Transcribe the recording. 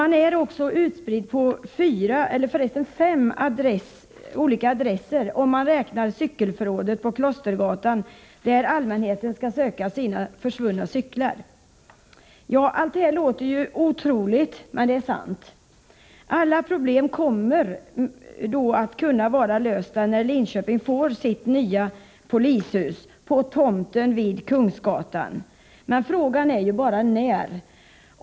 Polisen är utspridd på fyra adresser, nej, fem för resten, om man räknar med cykelförrådet på Klostergatan, där allmänheten skall söka sina försvunna cyklar. Allt detta låter otroligt, men det är sant. Samtliga problem kommer att kunna lösas när Linköping får sitt nya polishus på tomten vid Kungsgatan — frågan är bara när.